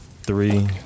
Three